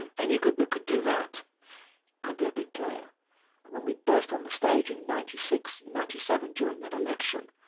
and any group that could do that could be a big player and when we burst on the stage in ninety six ninety seven during that election.